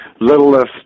littlest